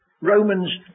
Romans